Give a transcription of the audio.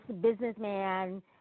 businessman